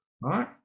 right